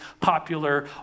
popular